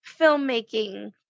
filmmaking